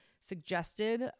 suggested